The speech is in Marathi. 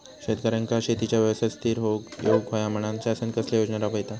शेतकऱ्यांका शेतीच्या व्यवसायात स्थिर होवुक येऊक होया म्हणान शासन कसले योजना राबयता?